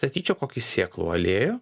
statyčiau kokį sėklų aliejų